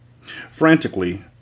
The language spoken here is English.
Frantically